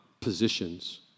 positions